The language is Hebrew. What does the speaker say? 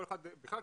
בכלל,